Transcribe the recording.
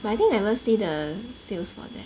but I think never see the sales for that